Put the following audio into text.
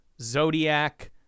Zodiac